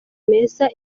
meza